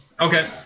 Okay